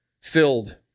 filled